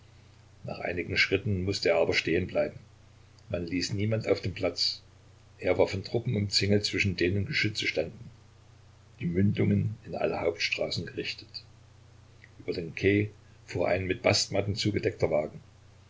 nach einigen schritten mußte er aber stehen bleiben man ließ niemand auf den platz er war von truppen umzingelt zwischen denen geschütze standen die mündungen in alle hauptstraßen gerichtet über den quai fuhr ein mit bastmatten zugedeckter wagen